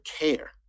care